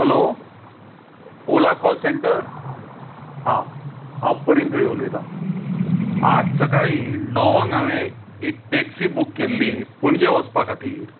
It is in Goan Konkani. हलो ओला कॉल सॅंटर हां हांव प्रवीन रेय उलयतां आज सकाळीं णवांक हांवें एक टॅक्सी बूक केल्ली पणजे वचपा खातीर